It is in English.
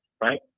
right